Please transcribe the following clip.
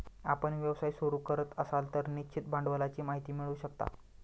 आपण व्यवसाय सुरू करत असाल तर निश्चित भांडवलाची माहिती मिळवू शकता